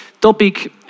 topic